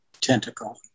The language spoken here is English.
tentacle